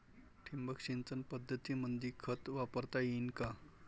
ठिबक सिंचन पद्धतीमंदी खत वापरता येईन का?